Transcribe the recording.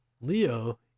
Leo